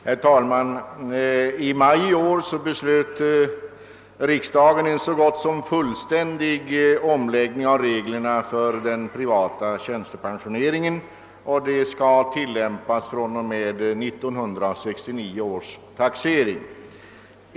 Herr talman! I maj i år beslöt riksdagen en så gott som fullständig omläggning av reglerna för den privata tjänstepensioneringen med tillämpning fr.o.m. 1969 års taxering.